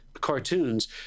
cartoons